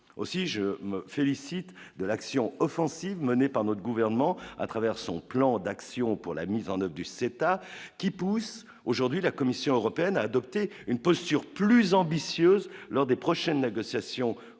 aussi je me félicite de l'action offensive menée par notre gouvernement à travers son plan d'action pour la mise en eau du CETA qui poussent aujourd'hui la Commission européenne a adopté une posture plus ambitieuses lors des prochaines négociations commerciales